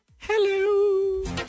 hello